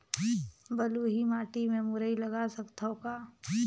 बलुही माटी मे मुरई लगा सकथव का?